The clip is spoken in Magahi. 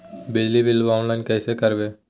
बिजली बिलाबा ऑनलाइन कैसे करबै?